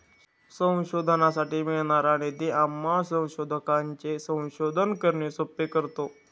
संशोधनासाठी मिळणारा निधी आम्हा संशोधकांचे संशोधन करणे सोपे करतो